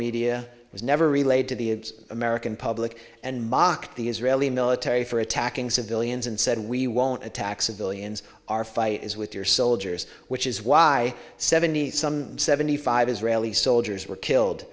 was never relayed to the american public and mocked the israeli military for attacking civilians and said we won't attack civilians our fight is with your soldiers which is why seventy some seventy five israeli soldiers were killed